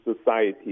society